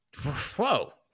Whoa